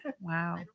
Wow